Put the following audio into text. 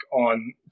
on